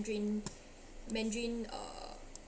mandarin mandarin uh